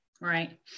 Right